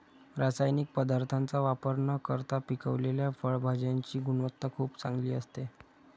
रासायनिक पदार्थांचा वापर न करता पिकवलेल्या फळभाज्यांची गुणवत्ता खूप चांगली असते